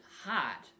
hot